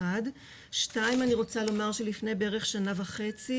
2. אני רוצה לומר שלפני שנה וחצי